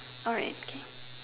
alright okay